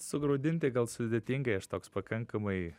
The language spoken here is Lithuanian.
sugraudinti gal sudėtingai aš toks pakankamai